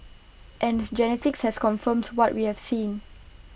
and genetics has confirmed what we have seen